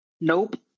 Nope